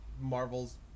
Marvels